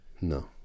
No